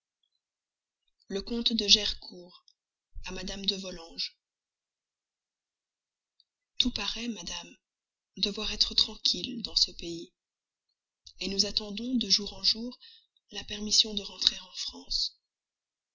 le comte de gercourt à madame de volanges tout paraît madame devoir être tranquille dans ce pays nous attendons de jour en jour la permission de repasser en france